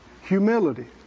Humility